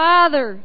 Father